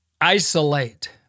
isolate